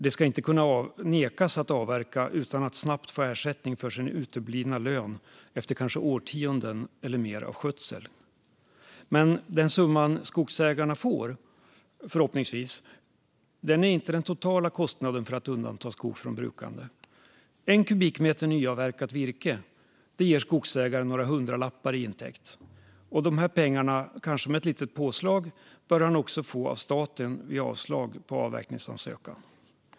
De ska inte nekas att avverka utan att snabbt få ersättning för sin uteblivna lön efter kanske årtionden eller mer av skötsel. Den summa som skogsägarna förhoppningsvis får är inte den totala kostnaden för att undanta skog från brukande. En kubikmeter nyavverkat virke ger skogsägaren några hundralappar i intäkt. Dessa pengar, kanske med ett litet påslag, bör han också få av staten vid avslag på avverkningsansökan.